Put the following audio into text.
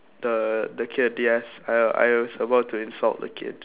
the the K I D S I I was about to insult the kid